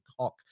cock